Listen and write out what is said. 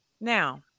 Now